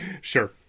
Sure